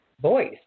voice